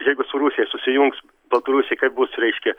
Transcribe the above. jeigu su rusija susijungs baltarusiai kaip bus reiškia